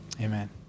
Amen